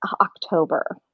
october